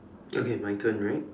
okay my turn right